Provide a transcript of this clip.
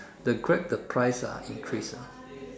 the Grab the price ah increase ah